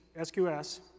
SQS